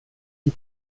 die